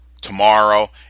tomorrow